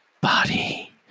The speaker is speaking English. body